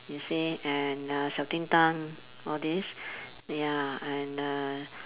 you say and uh 小叮当 all these ya and uh